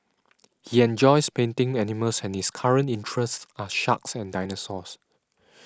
he enjoys painting animals and his current interests are sharks and dinosaurs